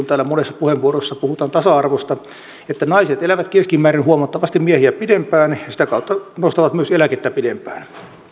täällä monessa puheenvuorossa puhutaan tasa arvosta että naiset elävät keskimäärin huomattavasti miehiä pidempään ja sitä kautta myös nostavat eläkettä pidempään